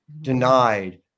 denied